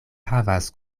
havas